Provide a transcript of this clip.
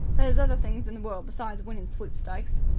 there's other things in the world besides winning sweepstakes.